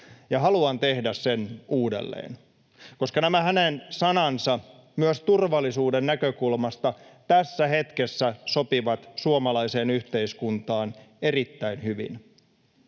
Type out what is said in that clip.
ja haluan tehdä sen uudelleen, koska nämä hänen sanansa myös turvallisuuden näkökulmasta tässä hetkessä sopivat suomalaiseen yhteiskuntaan erittäin hyvin: